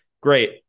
great